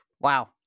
wow